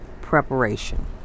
preparation